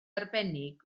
arbennig